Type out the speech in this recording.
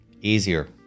easier